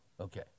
Okay